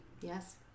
Yes